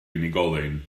unigolyn